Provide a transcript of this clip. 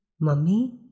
mummy